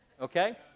okay